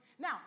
Now